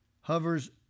hovers